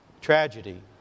Tragedy